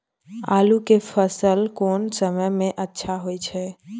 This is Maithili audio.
आलू के फसल कोन समय में अच्छा होय छै?